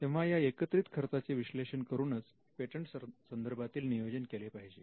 तेव्हा या एकत्रित खर्चाचे विश्लेषण करूनच पेटंट संदर्भातील नियोजन केले पाहिजे